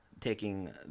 taking